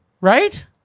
Right